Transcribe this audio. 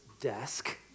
desk